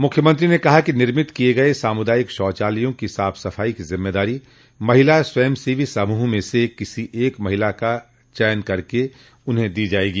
मुख्यमत्री ने कहा कि निर्मित किये गये सामुदायिक शौचालयों की साफ सफाई की जिम्मेदारी महिला स्वयं सेवी समूह में से किसी एक महिला का चयन कर उन्हें दी जायेगी